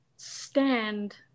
Stand